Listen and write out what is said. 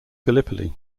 gallipoli